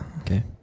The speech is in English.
Okay